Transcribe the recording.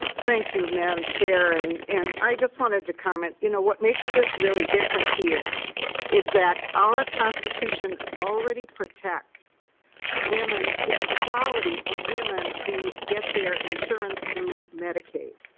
thank you mme. um chair and and i just want to comment. you know what makes this really different here is that our constitution already protects women the equality of women who get their insurance through medicaid.